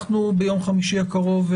ביום חמישי הקרוב,